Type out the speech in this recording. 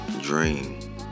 dream